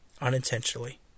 unintentionally